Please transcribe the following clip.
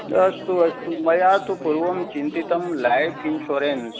अस्तु अस्तु मया तु पूर्वं चिन्तितं लैफ़् इन्शोरेन्स